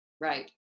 Right